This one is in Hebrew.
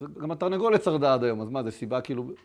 ‫גם התרנגולת שרדה עד היום, ‫אז מה, זה סיבה כאילו...